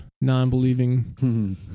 non-believing